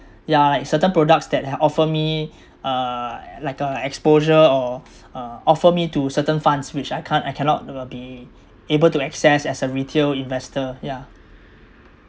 ya like certain products that offer me uh like uh exposure or uh offer me to certain funds which I can't I cannot uh be able to access as a retail investor ya